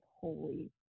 holy